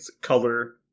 Color